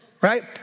Right